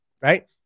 right